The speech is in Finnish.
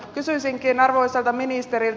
kysyisinkin arvoisalta ministeriltä